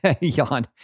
Yawn